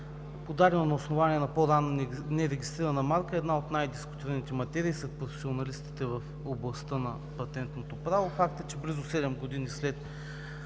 подадено на основание на по-ранна нерегистрирана марка, е една от най дискутираните материи сред професионалистите в областта на Патентното право. Факт е, че близо седем години след